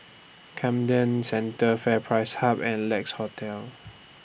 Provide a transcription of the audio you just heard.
Camden Centre FairPrice Hub and Lex Hotel